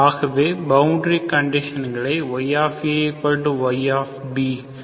ஆகவே பவுண்டரி கண்டிஷன்களை yay